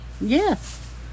yes